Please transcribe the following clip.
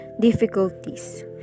difficulties